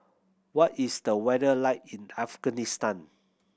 what is the weather like in Afghanistan